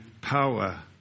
power